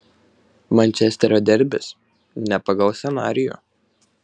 mančesterio derbis ne pagal scenarijų